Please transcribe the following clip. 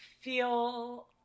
feel